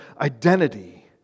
identity